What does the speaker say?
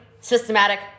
systematic